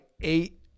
eight